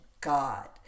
God